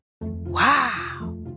Wow